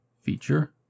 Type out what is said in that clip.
feature